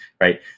Right